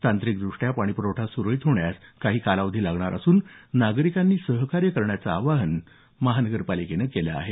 तांत्रिकदृष्ट्या पाणी पुरवठा सुरळीत होण्यास काही कालावधी लागणार असून नागरिकांनी सहकार्य करण्याचं आवाहन महानगरपालिकेनं केलं आहे